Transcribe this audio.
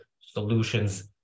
solutions